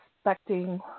expecting